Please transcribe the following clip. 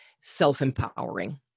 self-empowering